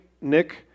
Nick